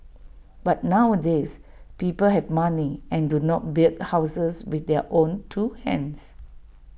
but nowadays people have money and do not build houses with their own two hands